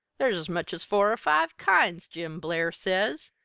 there's as much as four or five kinds, jim blair says,